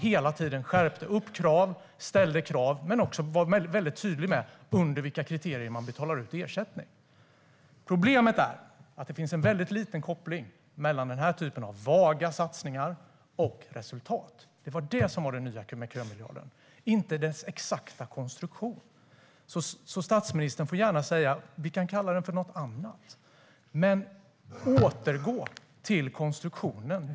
Kraven skärptes hela tiden, och man var tydlig med efter vilka kriterier ersättning betalades ut. Problemet är att kopplingen mellan den typen av vaga satsningar och resultat är liten. Det var det nya med kömiljarden, inte dess exakta konstruktion. Statsministern får gärna kalla kömiljarden för något annat; men återgå till konstruktionen.